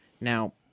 Now